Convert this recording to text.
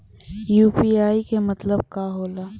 UPI के मतलब का होला?